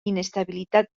inestabilitat